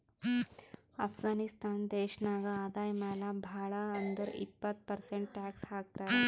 ಅಫ್ಘಾನಿಸ್ತಾನ್ ದೇಶ ನಾಗ್ ಆದಾಯ ಮ್ಯಾಲ ಭಾಳ್ ಅಂದುರ್ ಇಪ್ಪತ್ ಪರ್ಸೆಂಟ್ ಟ್ಯಾಕ್ಸ್ ಹಾಕ್ತರ್